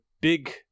big